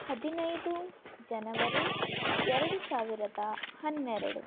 ಹದಿನೈದು ಜನವರಿ ಎರಡು ಸಾವಿರದ ಹನ್ನೆರಡು